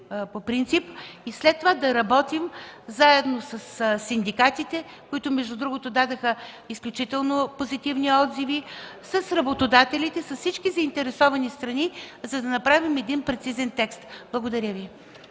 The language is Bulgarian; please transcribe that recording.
по принцип, а след това да работим заедно със синдикатите, които дадоха изключително позитивни отзиви, с работодателите и с всички заинтересовани страни, за да направим по-прецизен текст. Благодаря Ви.